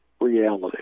reality